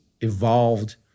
evolved